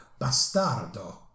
Bastardo